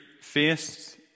faced